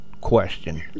question